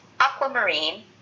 Aquamarine